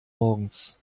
morgens